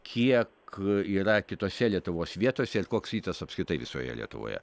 kiek yra kitose lietuvos vietose ir koks rytas apskritai visoje lietuvoje